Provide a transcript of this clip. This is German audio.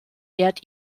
ehrt